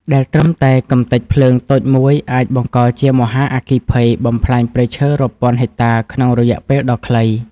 ដែលត្រឹមតែកម្ទេចភ្លើងតូចមួយអាចបង្កជាមហាអគ្គីភ័យបំផ្លាញព្រៃឈើរាប់ពាន់ហិកតាក្នុងរយៈពេលដ៏ខ្លី។